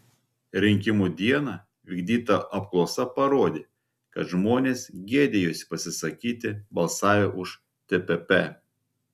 rinkimų dieną vykdyta apklausa parodė kad žmonės gėdijosi pasisakyti balsavę už tpp